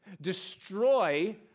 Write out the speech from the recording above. destroy